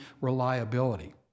reliability